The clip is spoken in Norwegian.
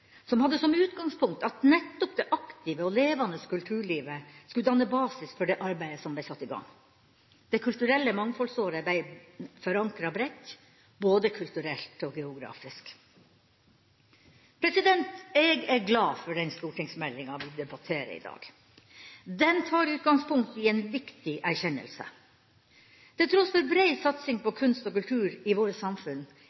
som hadde som utgangspunkt at nettopp det aktive og levende kulturlivet skulle danne basis for det arbeidet som ble satt i gang. Det kulturelle mangfoldsåret ble forankret bredt, både kulturelt og geografisk. Jeg er glad for stortingsmeldinga vi debatterer i dag. Den tar utgangspunkt i en viktig erkjennelse: Til tross for bred satsing på